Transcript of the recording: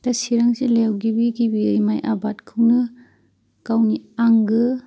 दा चचिरां जिल्लायाव गिबि गिबियै माइ आबादखौनो गावनि आंगो